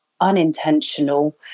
unintentional